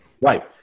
Right